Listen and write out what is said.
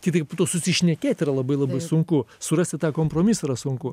kitaip po to susišnekėt yra labai labai sunku surasti tą kompromisą yra sunku